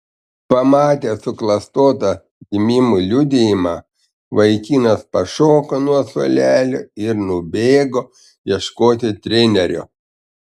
pamatęs suklastotą gimimo liudijimą vaikinas pašoko nuo suolelio ir nubėgo ieškoti trenerio